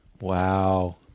Wow